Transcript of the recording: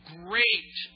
great